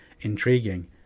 intriguing